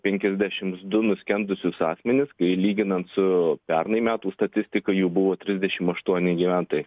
penkiasdešims du nuskendusius asmenis kai lyginant su pernai metų statistika jų buvo trisdešim aštuoni gyventojai